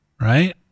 right